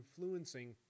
influencing